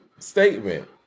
Statement